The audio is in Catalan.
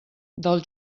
del